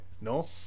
No